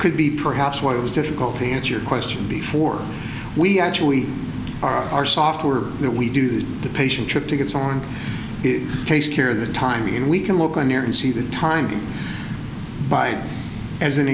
could be perhaps what was difficult to answer your question before we actually are software that we do that the patient trip tickets on and takes care of the timing and we can look on there and see the timing by as an